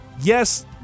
yes